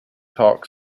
talk